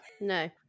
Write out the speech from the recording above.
No